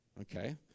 Okay